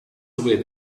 wit